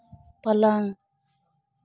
पलंग